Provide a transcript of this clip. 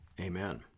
Amen